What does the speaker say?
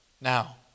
Now